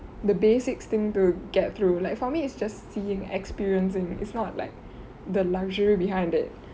the basics thing to get through like for me is just seeing experiencing it's not like the luxury behind it